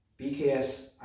BKS